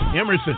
Emerson